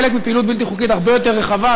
חלק מפעילות בלתי חוקית הרבה יותר רחבה,